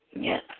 Yes